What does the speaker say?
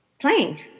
Playing